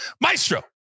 Maestro